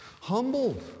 humbled